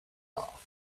off